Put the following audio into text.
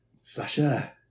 Sasha